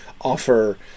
offer